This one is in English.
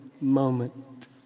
moment